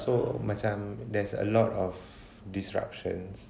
so macam there's a lot of disruptions